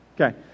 Okay